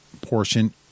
portion